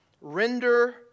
Render